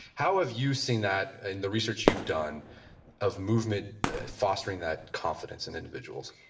how have you seen that in the research you've done of movement fostering that confidence in individuals?